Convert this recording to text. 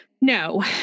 No